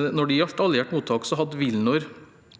Når det gjaldt alliert mottak, hadde WilNor